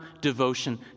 devotion